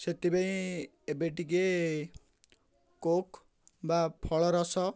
ସେଥିପାଇଁ ଏବେ ଟିକେ କୋକ୍ ବା ଫଳରସ